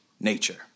nature